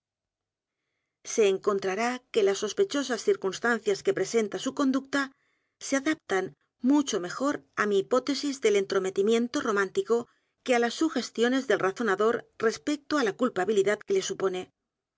se encontrará que las sospechosas circunstancias que presenta su conducta se adaptan mucho mejor á mi hipótesis del entrometimienio romántico que á las sugestiones del razonador respecto á la culpabilidad que le supone